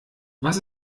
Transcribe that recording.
was